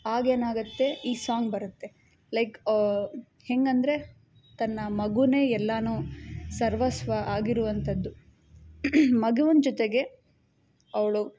ಆಗೇನಾಗುತ್ತೆ ಈ ಸಾಂಗ್ ಬರುತ್ತೆ ಲೈಕ್ ಹೇಗ್ ಅಂದರೆ ತನ್ನ ಮಗುವೇ ಎಲ್ಲಾನೂ ಸರ್ವಸ್ವ ಆಗಿರುವಂಥದ್ದು ಮಗುವಿನ ಜೊತೆಗೆ ಅವಳು